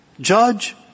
Judge